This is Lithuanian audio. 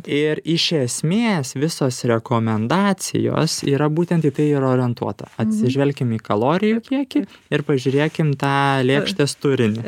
ir iš esmės visos rekomendacijos yra būtent į tai ir orientuota atsižvelkim į kalorijų kiekį ir pažiūrėkim tą lėkštės turinį